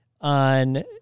on